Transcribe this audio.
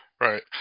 Right